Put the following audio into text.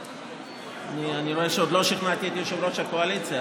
אני רואה שעוד לא שכנעת את יושב-ראש הקואליציה,